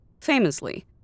famously